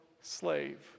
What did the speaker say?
slave